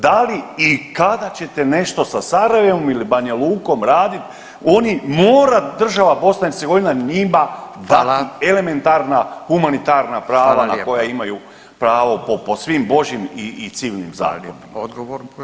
Da li i kada ćete nešto sa Sarajevom ili Banja Lukom raditi, oni mora država BiH njima dati [[Upadica: Hvala.]] elementarna humanitarna prava koja [[Upadica: Hvala lijepa.]] imaju pravo po svim božjim i civilnim zakonima.